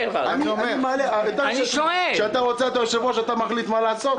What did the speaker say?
אתה מחליט מה לעשות.